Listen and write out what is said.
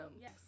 Yes